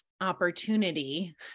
opportunity